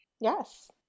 Yes